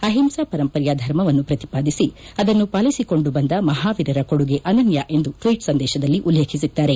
ಅಹಿಂಸಾ ಪರಂಪರೆಯ ಧರ್ಮವನ್ನು ಪ್ರತಿಪಾದಿಸಿ ಅದನ್ನು ಪಾಲಿಸಿಕೊಂಡು ಬಂದ ಮಹಾವೀರರ ಕೊಡುಗೆ ಅನನ್ನ ಎಂದು ಟ್ವೀಟ್ ಸಂದೇಶದಲ್ಲಿ ಉಲ್ಲೇಖಸಿದ್ದಾರೆ